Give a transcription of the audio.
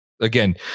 again